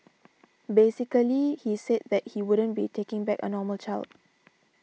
basically he said that he wouldn't be taking back a normal child